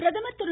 பிரதமர் திரு